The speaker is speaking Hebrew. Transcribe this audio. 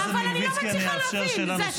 אני אאפשר שאלה נוספת אם תבקש.